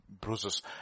bruises